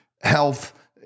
health